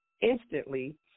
instantly